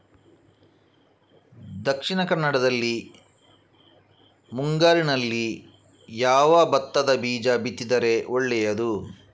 ದಕ್ಷಿಣ ಕನ್ನಡದಲ್ಲಿ ಮುಂಗಾರಿನಲ್ಲಿ ಯಾವ ಭತ್ತದ ಬೀಜ ಬಿತ್ತಿದರೆ ಒಳ್ಳೆಯದು?